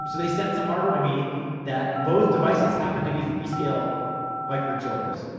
um so they sent some hardware to me that both devices happened to be freescale microcontrollers.